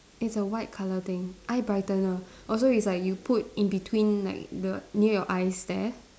it's a white colour thing eye brightener orh so it's like you put in between like the near your eyes there